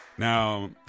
Now